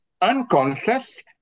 unconscious